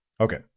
Okay